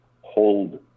hold